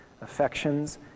affections